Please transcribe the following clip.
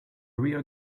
rear